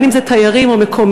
בין אם תיירים או מקומיים.